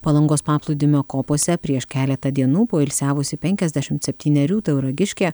palangos paplūdimio kopose prieš keletą dienų poilsiavusi penkiasdešimt septynerių tauragiškė